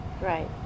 right